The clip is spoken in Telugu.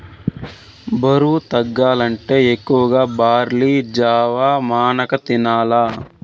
బరువు తగ్గాలంటే ఎక్కువగా బార్లీ జావ, మకాన తినాల్ల